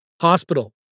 Hospital